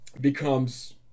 becomes